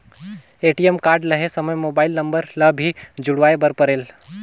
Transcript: ATM card लहे समय mobile number ला भी जुड़वाए बर परेल?